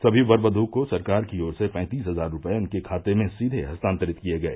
सभी वर वधू को सरकार की ओर से पैंतीस हजार रूपये उनके खाते में सीधे हस्तांतरित किए गए